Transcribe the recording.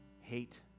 hate